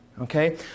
Okay